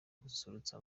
gususurutsa